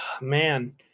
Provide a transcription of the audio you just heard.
Man